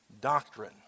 doctrine